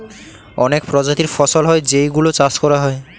অনেক প্রজাতির ফসল হয় যেই গুলো চাষ করা হয়